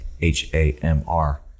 H-A-M-R